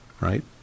Right